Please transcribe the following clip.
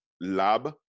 lab